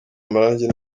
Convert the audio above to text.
amarangi